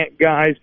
guys